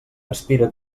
aspira